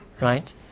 Right